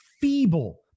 feeble